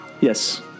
Yes